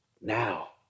now